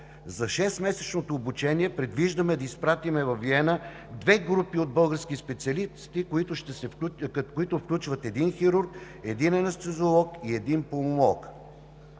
За шестмесечното обучение предвиждаме да изпратим във Виена две групи от български специалисти, които включват един хирург, един анестезиолог и един пулмолог.